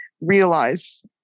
realize